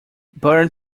burn